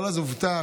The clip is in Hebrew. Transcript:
אבל אז הובטח